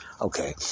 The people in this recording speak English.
okay